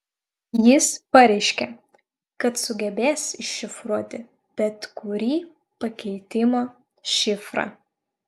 jis pareiškė kad sugebės iššifruoti bet kurį pakeitimo šifrą